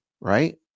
right